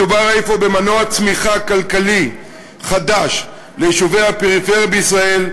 מדובר אפוא במנוע צמיחה כלכלי חדש ליישובי הפריפריה בישראל,